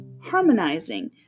harmonizing